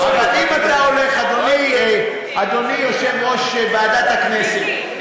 אדוני יושב-ראש ועדת הכנסת,